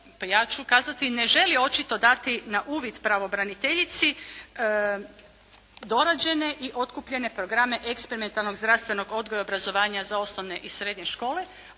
ja ću kazati, ne želi očito dati na uvid pravobraniteljici dorađene i otkupljene programe eksperimentalnog zdravstvenog odgoja i obrazovanja za osnovne i srednje škole.